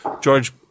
George